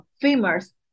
famous